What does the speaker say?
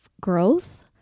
growth